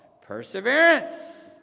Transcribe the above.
perseverance